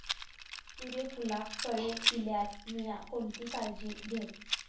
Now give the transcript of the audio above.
सूर्यफूलाक कळे इल्यार मीया कोणती काळजी घेव?